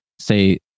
say